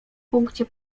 punkcie